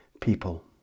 people